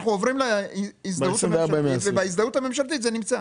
אנחנו עוברים להזדהות הממשלתית ובהזדהות הממשלתית זה נמצא.